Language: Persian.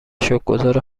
شکرگزار